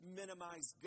minimize